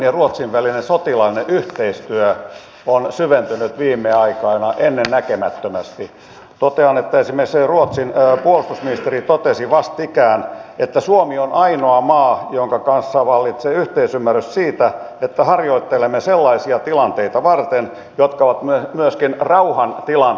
ja minusta se on hälyttävää että meidän täytyy kokea tällaiset teot jotta me heräämme suomessa siihen että suomalainen nainen on ainoa maa jonka kanssa vallitsee yhteisymmärrys siitä että kautta aikojen kautta vuosien vuosikymmenien ollut väkivallan uhrina